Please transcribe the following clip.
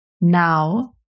now